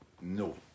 no